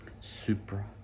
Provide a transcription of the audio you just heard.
supra